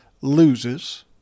loses